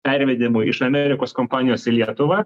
pervedimui iš amerikos kompanijos į lietuvą